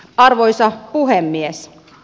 arvoisa puhemies